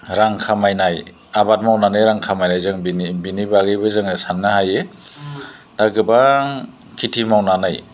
रां खामायनाय आबाद मावनानै रां खामायनायजों बिनि बिनि बागैबो जोङो साननो हायो दा गोबां खेथि मावनानै